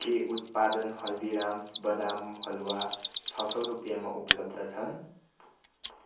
के उत्पादन हल्दीराम्स बदाम हलुवा छ सौ रुपियाँमा उपलब्ध छन्